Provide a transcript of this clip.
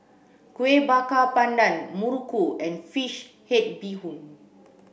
Kueh Bakar Pandan Muruku and fish head bee hoon